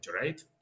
right